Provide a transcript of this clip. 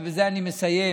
ובזה אני מסיים,